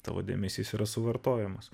tavo dėmesys yra suvartojamas